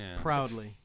Proudly